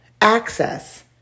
access